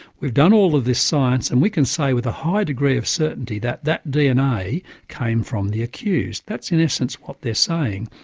we've done all of this science, and we can say with a high degree of certainty that that dna came from the accused. that's in essence what they're saying.